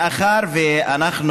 אנחנו,